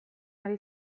ari